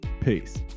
Peace